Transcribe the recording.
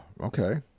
okay